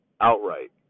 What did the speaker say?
outright